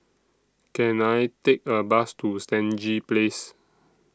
Can I Take A Bus to Stangee Place